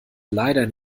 leider